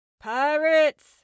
Pirates